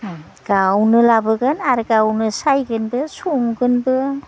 गावनो लाबोगोन आरो गावनो सायगोनबो संगोनबो